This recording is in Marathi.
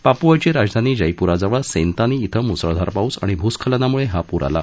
पापुआची राजधानी जयपुराजवळ सेंतानी इथं मुसळधार पाऊस आणि भूस्खलनामुळे हा पूर आला